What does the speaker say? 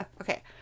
Okay